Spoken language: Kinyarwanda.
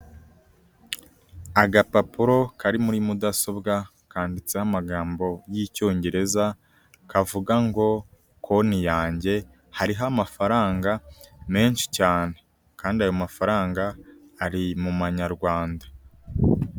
Agapapuro kari muri mudasobwa, kanditseho amagambo y'Icyongereza, kavuga ngo "Konti yanjye", hariho amafaranga menshi cyane kandi ayo mafaranga ari mu manyarwanda.